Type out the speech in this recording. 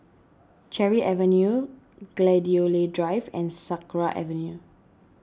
Cherry Avenue Gladiola Drive and Sakra Avenue